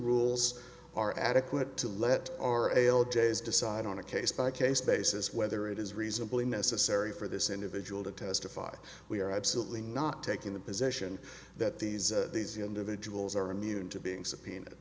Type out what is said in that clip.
rules are adequate to let our ale days decide on a case by case basis whether it is reasonably necessary for this individual to testify we are absolutely not taking the position that these individuals are immune to being subpoenaed